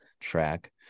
track